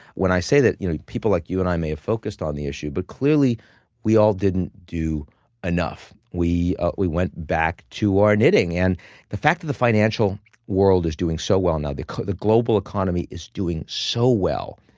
when i say that, you know, people like you and i may have focused on the issue, but clearly we all didn't do enough. we we went back to our knitting, and the fact that the financial world is doing so well now, that the global economy is doing so well,